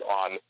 on